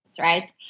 right